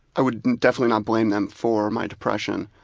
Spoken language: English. i would definitely not blame them for my depression,